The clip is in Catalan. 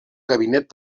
gabinet